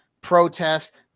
protests